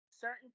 certain